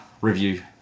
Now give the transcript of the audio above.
review